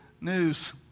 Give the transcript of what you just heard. news